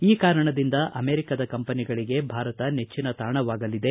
ಈ ಕಾರಣದಿಂದ ಅಮೆರಿಕದ ಕಂಪನಿಗಳಿಗೆ ಭಾರತ ನೆಚ್ಚಿನ ತಾಣವಾಗಲಿದೆ